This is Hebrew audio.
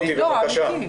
מוטי בבקשה.